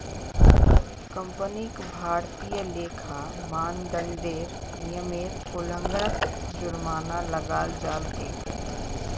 कंपनीक भारतीय लेखा मानदंडेर नियमेर उल्लंघनत जुर्माना लगाल जा तेक